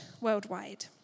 worldwide